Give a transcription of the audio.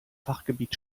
fachgebiet